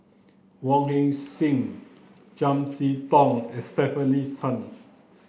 Wong Heck Sing Chiam See Tong and Stefanie Sun